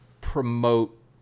promote